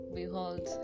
behold